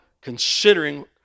considering